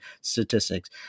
statistics